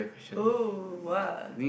oh !wow!